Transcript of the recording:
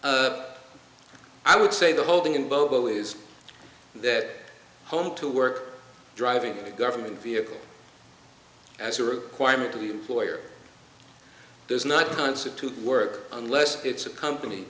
poll i would say the holding in both ways that home to work driving the government vehicle as a requirement to the employer does not constitute work unless it's a company